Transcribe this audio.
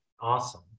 Awesome